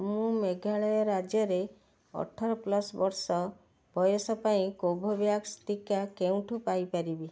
ମୁଁ ମେଘାଳୟ ରାଜ୍ୟରେ ଅଠର ପ୍ଲସ୍ ବର୍ଷ ବୟସ ପାଇଁ କୋଭୋଭ୍ୟାକ୍ସ ଟୀକା କେଉଁଠୁ ପାଇପାରିବି